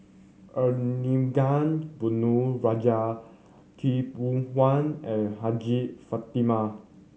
Arumugam Ponnu Rajah Khaw Boon Wan and Hajjah Fatimah